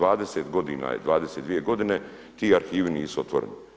20 godina je, 22 godine ti arhivi nisu otvoreni.